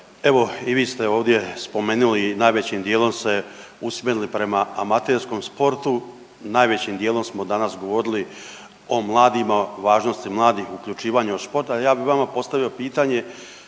evo i vi ste ovdje spomenuli i najvećim dijelom se usmjerili prema amaterskom sportu, najvećim dijelom smo danas govorili o mladima, važnosti mladih uključivanja u sport. A ja bi vama postavio pitanje